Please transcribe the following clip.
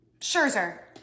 Scherzer